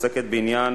עוסקת בעניין